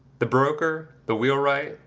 the broker, the wheelwright,